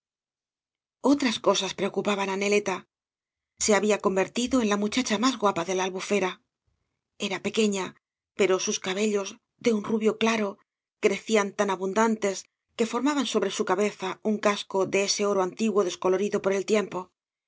otras cosas preocupaban á neleta se había convertido en la muchacha más guapa de la albufera era pequeña pero sus cabellos de un rubio claro crecían tan abundantes que formaban sobre su cabeza un casco de ese oro antiguo descolorido por el tiempo